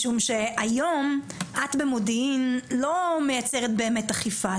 משום שהיום את במודיעין לא מייצרת באמת אכיפה,